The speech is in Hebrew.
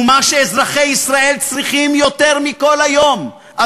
ומה שאזרחי ישראל צריכים יותר מכול היום,